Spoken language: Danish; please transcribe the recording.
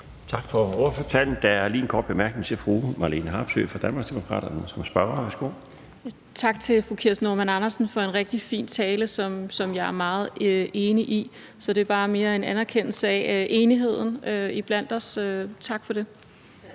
Tak for ordførertalen. Der er lige en kort bemærkning til fru Marlene Harpsøe fra Danmarksdemokraterne. Værsgo. Kl. 16:54 Marlene Harpsøe (DD): Tak til fru Kirsten Normann Andersen for en rigtig fin tale, som jeg er meget enig i. Så det er mere bare en anerkendelse af enigheden iblandt os. Tak for det.